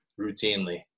Routinely